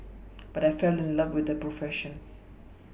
but I fell in love with the profession